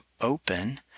open